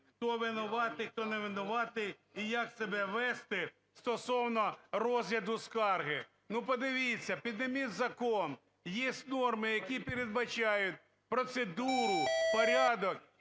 хто винуватий, хто невинуватий і як себе вести стосовно розгляду скарги. Ну, подивіться, підніміть закон, есть норми, які передбачають процедуру, порядок